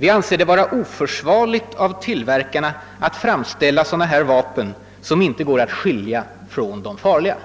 Vi anser det vara oförsvarligt av tillverkarna att framställa sådana här vapen, som inte går att skilja från de farliga.»